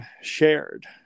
shared